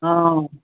অ'